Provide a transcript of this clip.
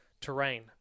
terrain